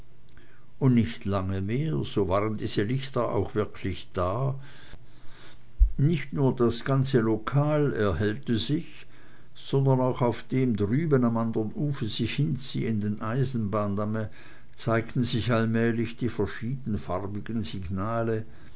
und nicht lange mehr so waren diese lichter auch wirklich da nicht nur das ganze lokal erhellte sich sondern auch auf dem drüben am andern ufer sich hinziehenden eisenbahndamme zeigten sich allmählich die verschiedenfarbigen signale